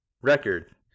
Record